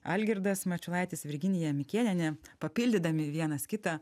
algirdas mačiulaitis virginija mikėnienė papildydami vienas kitą